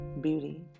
beauty